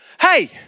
Hey